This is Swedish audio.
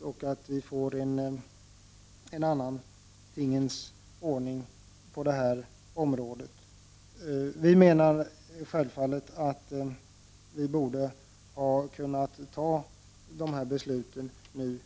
och få en annan tingens ordning på detta område. Vi menar självfallet att vi borde ha kunnat fatta beslut nu.